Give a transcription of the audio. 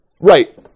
Right